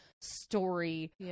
story